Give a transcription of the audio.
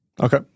Okay